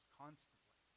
constantly